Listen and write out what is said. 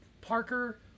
Parker